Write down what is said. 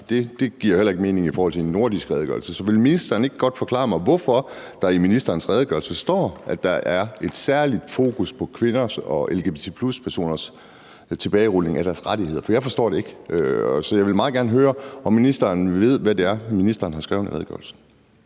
er i verden, giver mening i forhold til en nordisk redegørelse. Så vil ministeren ikke godt forklare mig, hvorfor der i ministerens redegørelse står, at der er et særligt fokus på tilbagerulning af kvinders og lgbt+-personers rettigheder? For jeg forstår det ikke. Så jeg vil meget gerne høre, om ministeren ved, hvad det er, ministeren har skrevet i redegørelsen.